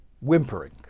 whimpering